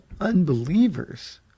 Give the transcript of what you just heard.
unbelievers